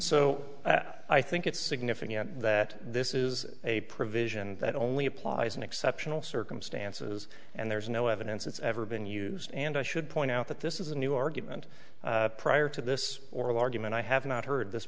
so i think it's significant that this is a provision that only applies in exceptional circumstances and there's no evidence it's ever been used and i should point out that this is a new argument prior to this oral argument i have not heard this